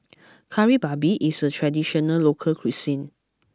Kari Babi is a traditional local cuisine